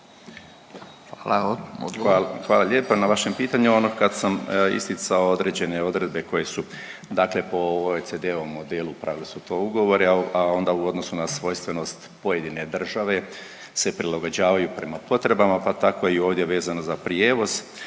Hvala lijepa na vašem pitanju. Kad sam isticao određene odredbe koje su dakle po OECD-ovom modelu, u pravilu su to ugovori, a onda u odnosu na svojstvenost pojedine države se prilagođavaju prema potrebama, pa tako i ovdje vezano za prijevoz.